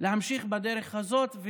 להמשיך בדרך הזאת,